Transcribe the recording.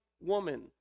woman